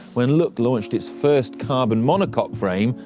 when look launched its first carbon monocoque frame,